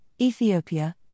Ethiopia